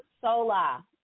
Sola